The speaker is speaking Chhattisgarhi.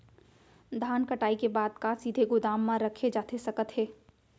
धान कटाई के बाद का सीधे गोदाम मा रखे जाथे सकत हे?